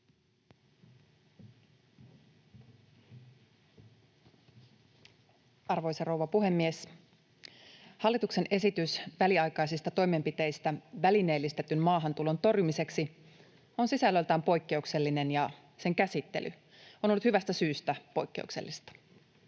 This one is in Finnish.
Arvoisa rouva puhemies! Hallituksen esitys väliaikaisista toimenpiteistä välineellistetyn maahantulon torjumiseksi on sisällöltään poikkeuksellinen, ja sen käsittely on ollut hyvästä syystä poikkeuksellista.